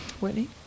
Whitney